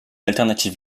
alternative